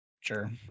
Sure